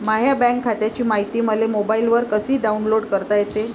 माह्या बँक खात्याची मायती मले मोबाईलवर कसी डाऊनलोड करता येते?